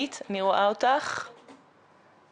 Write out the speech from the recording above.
הוועדה גם תדון בחקיקה שתהיה?